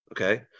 Okay